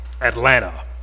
Atlanta